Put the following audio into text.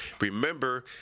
remember